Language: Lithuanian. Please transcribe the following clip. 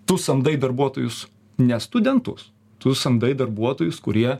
tu samdai darbuotojus ne studentus tu samdai darbuotojus kurie